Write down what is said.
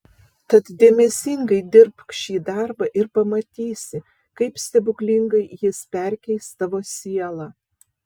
tad dėmesingai dirbk šį darbą ir pamatysi kaip stebuklingai jis perkeis tavo sielą